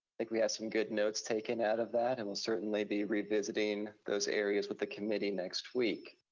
think we have some good notes taken out of that, and we'll certainly be revisiting those areas with the committee next week.